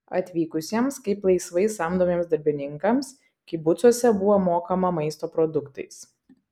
atvykusiems kaip laisvai samdomiems darbininkams kibucuose buvo mokama maisto produktais